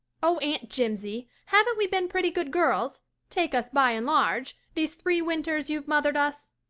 oh, aunt jimsie, haven't we been pretty good girls, take us by and large, these three winters you've mothered us?